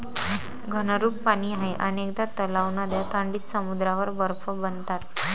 घनरूप पाणी आहे अनेकदा तलाव, नद्या थंडीत समुद्रावर बर्फ बनतात